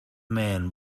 man